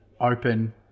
open